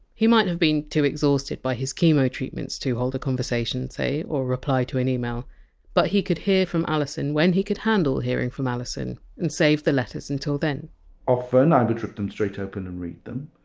he might have been too exhausted by his chemo treatments to hold a conversation, say, or reply to an email but he could hear from alison when he could handle hearing from alison, and saving the letters and till then often i would rip them straight open and read them.